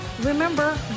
remember